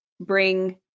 bring